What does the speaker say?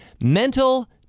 mental